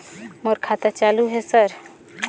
मोर खाता चालु हे सर?